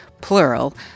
plural